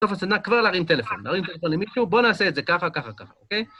בסוף הסדנה כבר להרים טלפון, להרים טלפון למישהו, בוא נעשה את זה ככה, ככה, ככה, אוקיי?